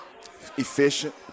Efficient